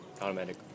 automatic